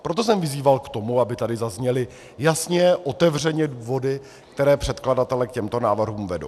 Proto jsem vyzýval k tomu, aby tady zazněly jasně, otevřeně důvody, které předkladatele k těmto návrhům vedou.